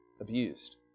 abused